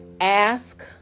ask